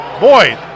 Boy